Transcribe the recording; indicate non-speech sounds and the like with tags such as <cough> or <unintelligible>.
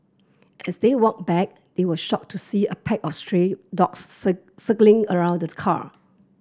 as they walked back they were shocked to see a pack of stray dogs <unintelligible> circling around the car